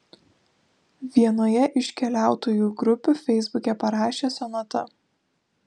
vienoje iš keliautojų grupių feisbuke parašė sonata